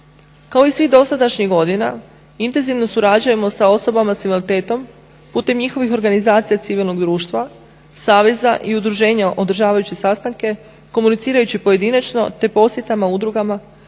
Kao i svih dosadašnjih godina intenzivno surađujemo sa osobama sa invaliditetom putem njihovih organizacija civilnog društva, saveza i udruženja održavajući sastanke, komunicirajući pojedinačno, te posjetama, udrugama